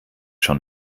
schon